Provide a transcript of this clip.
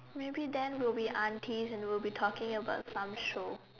maybe then we'll be aunties and we will be talking about some show